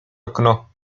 okno